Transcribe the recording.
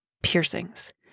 piercings